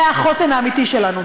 זה החוסן האמיתי שלנו.